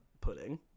pudding